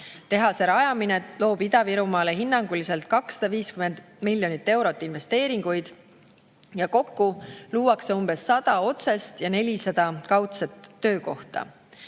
Tehase rajamine loob Ida-Virumaale hinnanguliselt 250 miljonit eurot investeeringuid. Kokku luuakse umbes 100 otsest ja 400 kaudset töökohta.